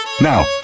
Now